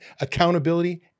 accountability